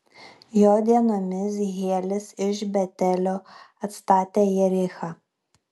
jo dienomis hielis iš betelio atstatė jerichą